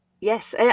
yes